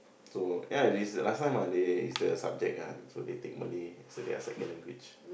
so ya already last time are there is the subject only thing Malay so there are second language